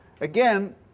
Again